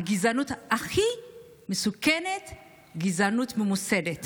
הגזענות הכי מסוכנת היא גזענות ממוסדת